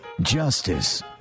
justice